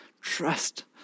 trust